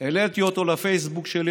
העליתי אותו לפייסבוק שלי.